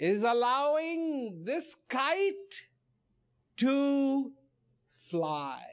is allowing this to fly